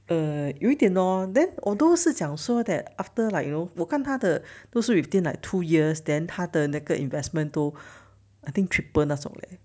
err 有一点 lor then although 是讲说 that after like you know 我看他的都是 within like two years then 他的那个 investment 都 I think triple 那种 leh